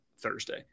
Thursday